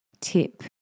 tip